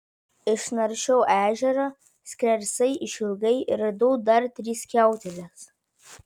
išnaršiau ežerą skersai išilgai ir radau dar tris skiauteles